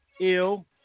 ill